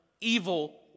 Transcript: evil